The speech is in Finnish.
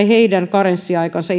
heidän karenssiaikansa